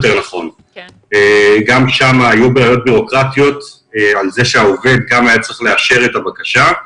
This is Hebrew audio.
גם שם היו בעיות בירוקרטיות על זה שהעובד גם היה צריך לאשר את הבקשה,